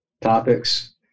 topics